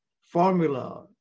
formula